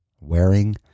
wearing